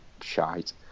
shite